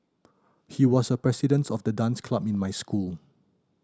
he was the president of the dance club in my school